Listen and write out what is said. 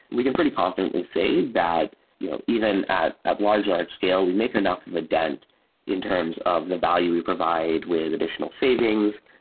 we can pretty confidently say that you know even at at large, large-scale, we make enough of a dent in terms of the value we provide with additional savings,